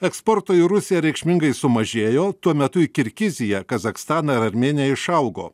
eksporto į rusiją reikšmingai sumažėjo tuo metu į kirgiziją kazachstaną ir armėniją išaugo